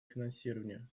финансирования